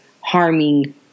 harming